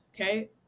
okay